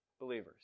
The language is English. believers